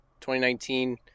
2019